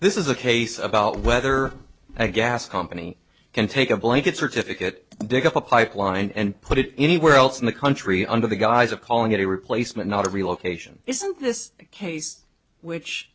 this is a case about whether a gas company can take a blanket certificate dig up a pipeline and put it anywhere else in the country under the guise of calling it a replacement not a relocation isn't this case which